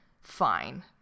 fine